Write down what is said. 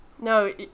No